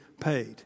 paid